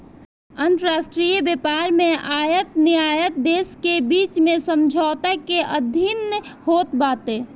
अंतरराष्ट्रीय व्यापार में आयत निर्यात देस के बीच में समझौता के अधीन होत बाटे